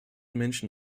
menschen